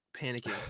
panicking